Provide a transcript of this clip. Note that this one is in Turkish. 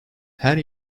her